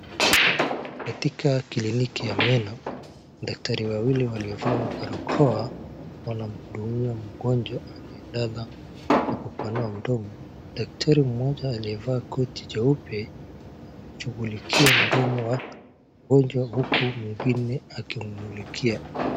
Katika kliniki ya meno, daktari wawili waliovaa barakoa, wanamhudumia mgonjwa aliyelala na kupanua mmjoa. Daktari mmoja aliyevaa koti jeupe anashughulikia mdomo wa mgonjwa huku mwingine akimumulikia,